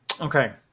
okay